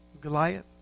Goliath